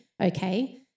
okay